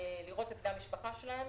ולראות את בני המשפחה שלהם,